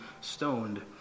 stoned